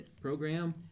program